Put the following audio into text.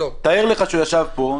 תאר לך שהוא ישב פה.